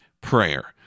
prayer